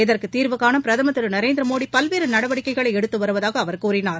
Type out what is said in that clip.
இதற்கு தீர்வுகாண பிரதம் திரு நரேந்திர மோடி பல்வேறு நடவடிக்கைகளை எடுத்து வருவதாக ப அவர் கூறினார்